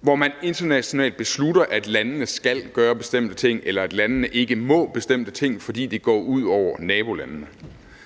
hvor man internationalt beslutter, at landene skal gøre bestemte ting, eller at landene ikke må bestemme ting, fordi det går ud over nabolandene.